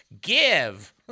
give